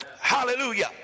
Hallelujah